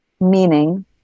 meaning